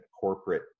corporate